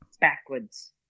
backwards